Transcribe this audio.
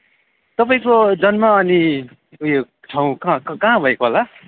तपाईँको जन्म अनि ऊ यो ठाउँ कहाँ कहाँ भएको होला